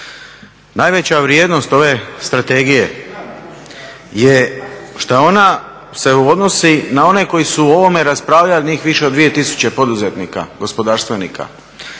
Najveća vrijednost ove strategije je šta ona se odnosi na one koji su o ovome raspravljali njih više od dvije tisuće poduzetnika gospodarstvenika